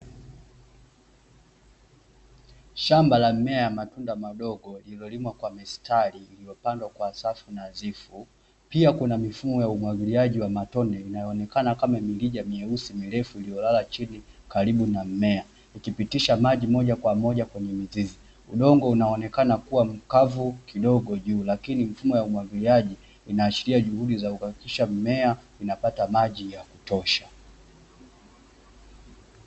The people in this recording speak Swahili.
Shamba la mimea ya matunda madogo iliolimwa kwa mstari iliopandwa kwa safu nadhifu, pia kuna mfumo wa umwagiliaji wa matone inayoonekana kama mirija meusi mirefu iliolala chini karibu na mimea, ikipitisha maji mmoja kwa mmoja kwenye mizizi udongo unaonekana kuwa mkavu kidogo juu, huku mifumo ya umwagiliaji inaashiria juhudi za kuhakikisha mimea inapata maji ya kutosha.